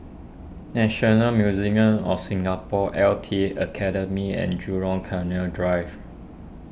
National Museum of Singapore L T Academy and Jurong Canal Drive